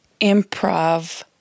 improv